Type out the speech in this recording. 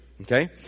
okay